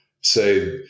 say